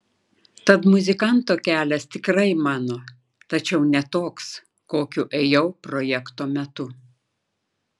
tad muzikanto kelias tikrai mano tačiau ne toks kokiu ėjau projekto metu